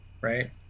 right